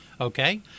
okay